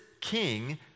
king